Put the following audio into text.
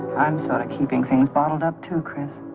i'm sorry keeping things bottled up too chris.